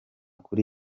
kuri